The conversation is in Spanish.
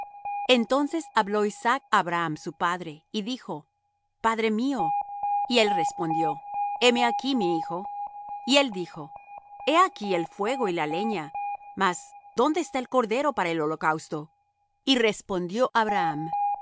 entonces habló isaac á abraham su padre y dijo padre mío y él respondió heme aquí mi hijo y él dijo he aquí el fuego y la leña mas dónde está el cordero para el holocausto y respondió abraham